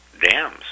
dams